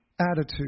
attitude